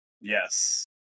Yes